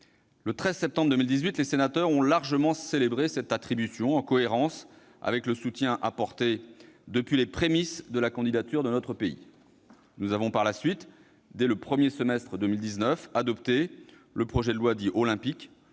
Le 13 septembre 2018, les sénateurs ont largement célébré cette attribution, en cohérence avec le soutien apporté depuis les prémices de la candidature de notre pays. Nous avons, par la suite, dès le premier semestre de 2019, adopté le projet de loi Olympique,